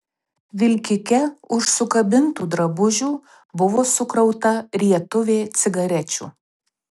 vilkike už sukabintų drabužių buvo sukrauta rietuvė cigarečių